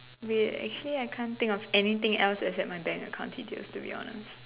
wait actually I can't think of anything else except my bank account details to be honest